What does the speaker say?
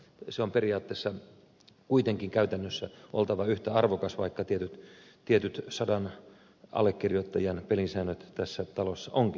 sen on periaatteessa kuitenkin käytännössä oltava yhtä arvokas vaikka tietyt sadan allekirjoittajan pelisäännöt tässä talossa onkin